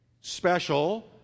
special